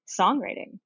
songwriting